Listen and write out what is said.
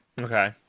Okay